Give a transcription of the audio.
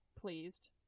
pleased